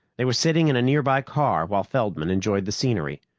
they were sitting in a nearby car while feldman enjoyed the scenery,